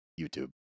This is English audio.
YouTube